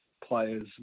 players